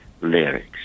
lyrics